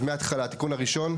אז מההתחלה, התיקון הראשון?